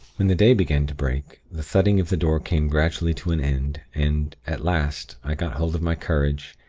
when the day began to break, the thudding of the door came gradually to an end, and, at last, i got hold of my courage,